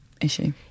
issue